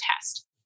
test